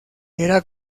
era